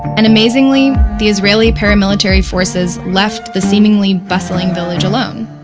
and amazingly, the israeli paramilitary forces left the seemingly-bustling village alone